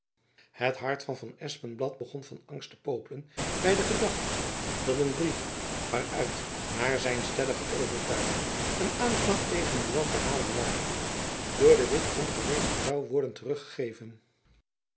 het hart van van espenblad begon van angst te popelen by de gedachte dat een brief waaruit naar zijn stellige overtuiging een aanklacht tegen buat te halen ware door de witt ongelezen zoû worden terug